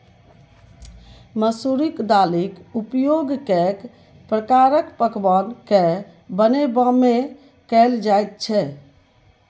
मसुरिक दालिक उपयोग कैक प्रकारक पकवान कए बनेबामे कएल जाइत छै